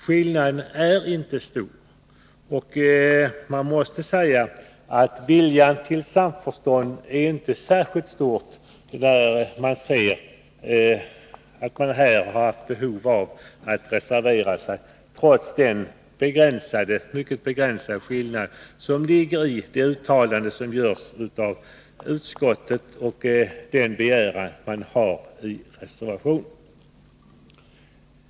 Skillnaden är inte stor, och jag måste säga att viljan till samförstånd inte är särskilt stor då man anser att man har ett behov av att reservera sig trots den mycket begränsade skillnaden mellan utskottets uttalande och den begäran man har i reservationen.